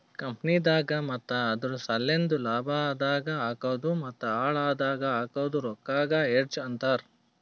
ಕಂಪನಿದಾಗ್ ಮತ್ತ ಅದುರ್ ಸಲೆಂದ್ ಲಾಭ ಆದಾಗ್ ಹಾಕದ್ ಮತ್ತ ಹಾಳ್ ಆದಾಗ್ ಹಾಕದ್ ರೊಕ್ಕಾಗ ಹೆಡ್ಜ್ ಅಂತರ್